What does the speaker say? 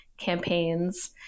campaigns